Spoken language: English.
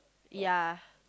ya